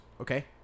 Okay